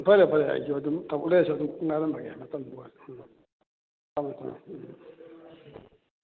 ꯐꯔꯦ ꯐꯔꯦ ꯑꯩꯁꯨ ꯑꯗꯨꯝ ꯊꯕꯛ ꯂꯩꯔꯁꯨ ꯑꯗꯨꯝ ꯉꯥꯏꯔꯝꯃꯒꯦ ꯃꯇꯝꯗꯣ ꯎꯝ ꯊꯝꯃꯦ ꯊꯝꯃꯦ ꯎꯝ